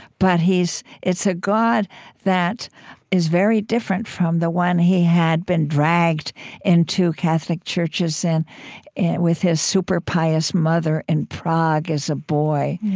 but it's a god that is very different from the one he had been dragged into catholic churches and and with his super-pious mother in prague as a boy.